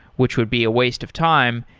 which would be a waste of time.